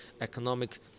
economic